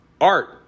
art